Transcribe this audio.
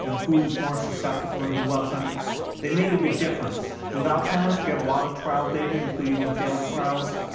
yeah who is more susceptible and who wasn't they made a big difference. with alzheimer's we have a lot of trial data including the failed trials,